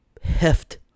heft